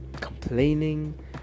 complaining